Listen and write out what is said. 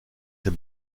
ses